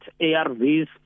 ARVs